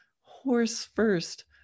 horse-first